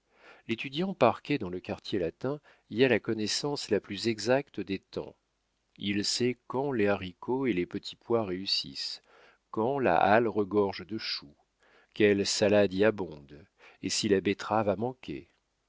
l'étudiant parqué dans le quartier latin y a la connaissance la plus exacte des temps il sait quand les haricots et les petits pois réussissent quand la halle regorge de choux quelle salade y abonde et si la betterave a